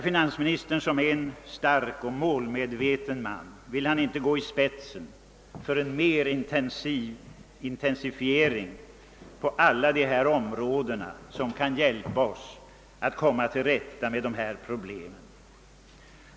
är en stark och målmedveten man, gå i spetsen för en intensifiering av alla de insatser, som kan hjälpa oss att bemästra dessa problem?